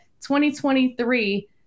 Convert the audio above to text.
2023